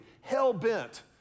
hell-bent